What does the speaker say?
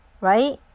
right